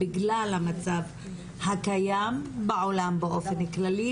בגלל המצב הקיים בעולם באופן כללי,